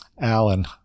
Alan